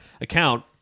account